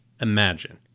imagine